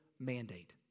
Mandate